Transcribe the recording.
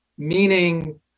meaning